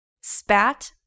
Spat